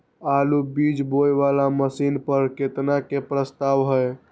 आलु बीज बोये वाला मशीन पर केतना के प्रस्ताव हय?